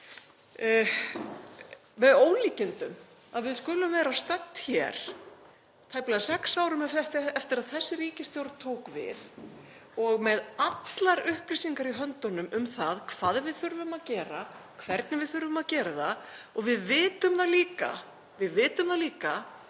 með ólíkindum að við skulum vera stödd hér tæplega sex árum eftir að þessi ríkisstjórn tók við og með allar upplýsingar í höndunum um það hvað við þurfum að gera og hvernig við þurfum að gera það og við vitum það líka að verkefni okkar